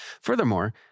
Furthermore